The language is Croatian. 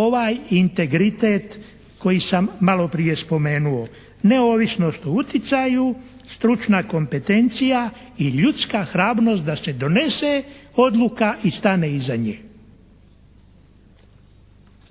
ovaj integritet koji sam maloprije spomenuo, neovisnost o uticaju, stručna kompetencija i ljudska hrabrost da se donese odluka i stane iza nje.